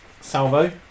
Salvo